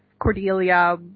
Cordelia